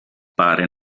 pare